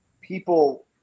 People